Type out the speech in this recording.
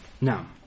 Now